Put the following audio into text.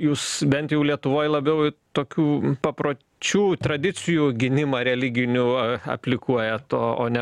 jūs bent jau lietuvoj labiau tokių papročių tradicijų gynimą religinių aplikuojat o o ne